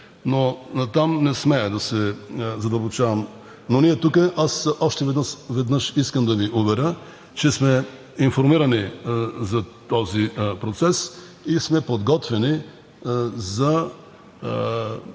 но натам не смея да се задълбочавам. Аз още веднъж искам да Ви уверя, че ние тук сме информирани за този процес и сме подготвени за